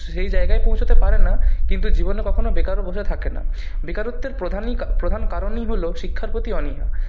সেই জায়গায় পৌঁছতে পারে না কিন্তু জীবনে কখনও বেকারও বসে থাকে না বেকারত্বের প্রধান কারণই হল শিক্ষার প্রতি অনীহা